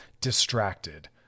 distracted